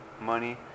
money